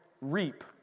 reap